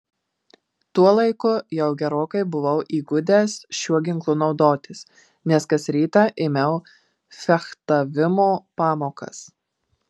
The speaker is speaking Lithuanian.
tuo laiku jau gerokai buvau įgudęs šiuo ginklu naudotis nes kas rytą ėmiau fechtavimo pamokas